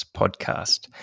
podcast